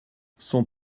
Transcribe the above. son